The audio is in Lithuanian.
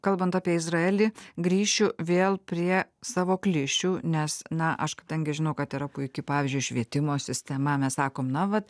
kalbant apie izraelį grįšiu vėl prie savo klišių nes na aš kadangi žinau kad yra puiki pavyzdžiui švietimo sistema mes sakom na vat